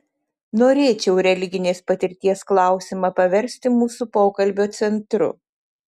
norėčiau religinės patirties klausimą paversti mūsų pokalbio centru